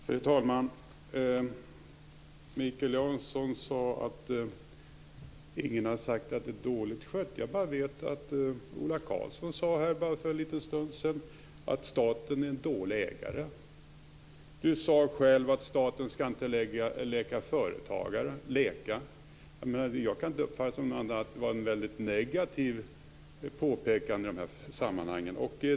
Fru talman! Mikael Janson sade att ingen har sagt att det är dåligt skött. Jag vet bara att Ola Karlsson för en liten stund sedan sade att staten är en dålig ägare. Mikael Jansson sade själv att staten inte skall leka företagare, vilket jag inte kan uppfatta som något annat än ett negativt påpekande.